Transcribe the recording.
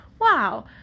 wow